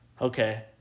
okay